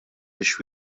biex